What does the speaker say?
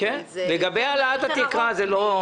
לגבי העלאת התקרה זה מחייב חקיקה ראשית.